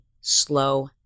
slow